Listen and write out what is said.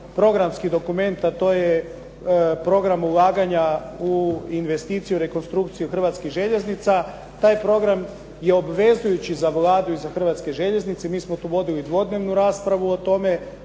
programski dokument, a to je Program ulaganja u investiciju i rekonstrukciju Hrvatskih željeznica. Taj je program obvezujući za Vladu i za Hrvatske željeznice. Mi smo tu vodili dvodnevnu raspravu o tome